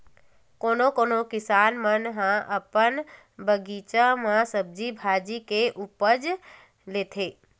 कोनो कोनो किसान मन ह अपन बगीचा म सब्जी भाजी के उपज लेथे